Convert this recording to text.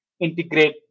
integrate